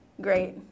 great